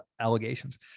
allegations